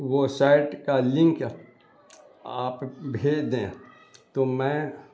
وہ سائٹ کا لنک آپ بھیج دیں تو میں